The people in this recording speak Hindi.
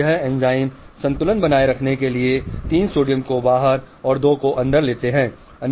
यह एंजाइम संतुलन बनाए रखने के लिए 3 सोडियम को बाहर और 2 को अंदर धकेलता है